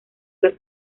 las